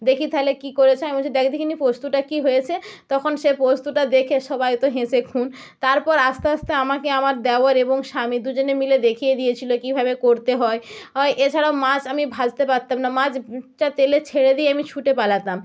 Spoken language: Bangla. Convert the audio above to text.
দেখি তাহলে কী করেছ আমি বলছি দেখ দেখিনি পোস্তটা কী হয়েছে তখন সে পোস্তটা দেখে সবাই তো হেসে খুন তারপর আস্তে আস্তে আমাকে আমার দেওর এবং স্বামী দুজনে মিলে দেখিয়ে দিয়েছিল কীভাবে করতে হয় এছাড়াও মাছ আমি ভাজতে পারতাম না মাছ টা তেলে ছেড়ে দিয়ে আমি ছুটে পালাতাম